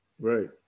Right